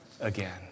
again